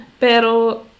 Pero